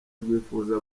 rwifuza